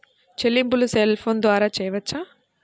చెల్లింపులు cell phone ద్వారా చేయవచ్చా?